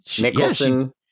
Nicholson